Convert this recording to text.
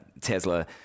Tesla